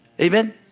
Amen